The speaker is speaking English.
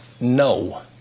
no